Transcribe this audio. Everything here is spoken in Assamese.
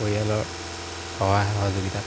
পৰিয়ালৰ সহায় সহযোগিতাত